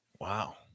Wow